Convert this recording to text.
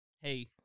hey